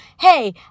hey